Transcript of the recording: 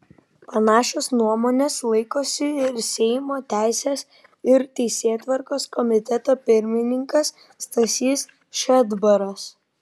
panašios nuomonės laikosi ir seimo teisės ir teisėtvarkos komiteto pirmininkas stasys šedbaras